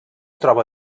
troba